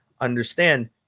understand